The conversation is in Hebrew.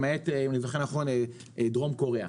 למעט דרום קוריאה.